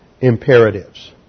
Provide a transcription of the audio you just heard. imperatives